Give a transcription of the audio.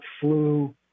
flu